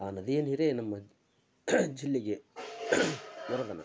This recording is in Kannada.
ಆ ನದಿಯ ನೀರೇ ನಮ್ಮ ಜಿಲ್ಲೆಗೆ ವರದಾನ